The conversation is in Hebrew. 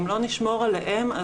אם לא נשמור עליהם,